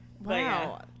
Wow